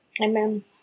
Amen